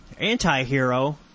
antihero